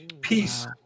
Peace